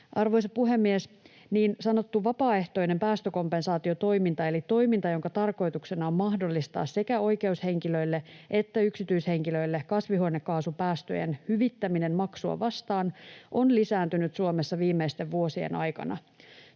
Arvoisa puhemies! Niin sanottu vapaaehtoinen päästökompensaatiotoiminta eli toiminta, jonka tarkoituksena on mahdollistaa sekä oikeushenkilöille että yksityishenkilöille kasvihuonekaasupäästöjen hyvittäminen maksua vastaan, on lisääntynyt Suomessa viimeisten vuosien aikana.